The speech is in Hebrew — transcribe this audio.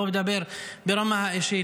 אני לא מדבר ברמה האישית,